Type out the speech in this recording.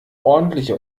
ordentliche